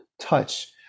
touch